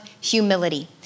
humility